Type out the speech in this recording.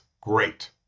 Great